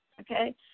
Okay